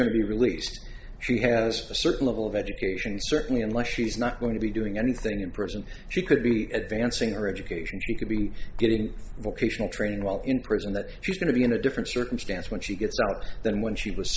going to be released she has a certain level of education certainly unless she's not going to be doing anything in prison she could be advancing our education she could be getting vocational training while in prison that she's going to be in a different circumstance when she gets out than when she was